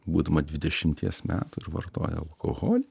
būdama dvidešimties metų ir vartojo alkoholį